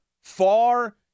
far